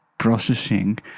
processing